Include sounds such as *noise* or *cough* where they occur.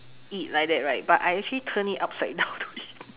eat like that right but I actually turn it *laughs* upside down to eat